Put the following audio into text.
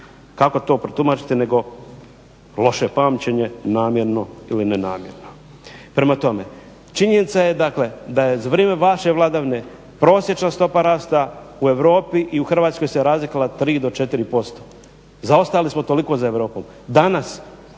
Kako to protumačiti nego loše pamćenje, namjerno ili nenamjerno. Prema tome, činjenica je dakle da je za vrijeme vaše vladavine prosječna stopa rasta u Europi i u Hrvatskoj se razlikovala 3 do 4%. Zaostali smo toliko za Europom.